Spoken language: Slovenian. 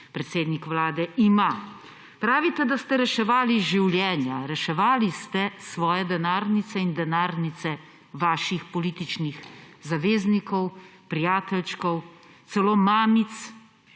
predsednik Vlade ima. Pravite, da ste reševali življenja. Reševali ste svoje denarnice in denarnice vaših političnih zaveznikov, prijateljčkov, celo mamic,